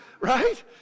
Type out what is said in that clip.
Right